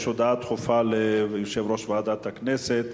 יש הודעה דחופה ליושב-ראש ועדת הכנסת.